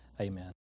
Amen